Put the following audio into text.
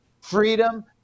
freedom